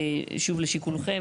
שוב, לשיקולכם.